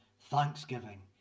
thanksgiving